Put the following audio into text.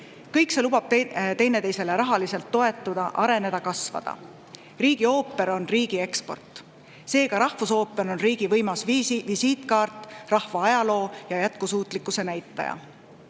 Kõik see lubab teineteisele rahaliselt toetuda, areneda ja kasvada. Riigi ooper on riigi eksport. Seega, rahvusooper on riigi võimas visiitkaart, rahva ajaloo ja jätkusuutlikkuse näitaja.